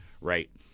right